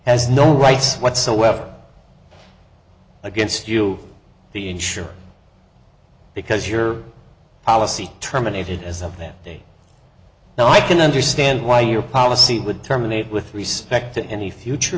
has no rights whatsoever against you the insurer because your policy terminated as of that day now i can understand why your policy would terminate with respect to any future